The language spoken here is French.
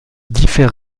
diffère